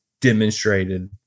demonstrated